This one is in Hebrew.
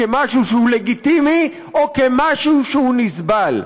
כאל משהו שהוא לגיטימי או משהו שהוא נסבל.